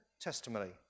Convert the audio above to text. testimony